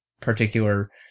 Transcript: particular